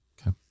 Okay